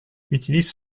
utilisent